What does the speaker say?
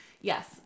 Yes